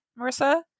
marissa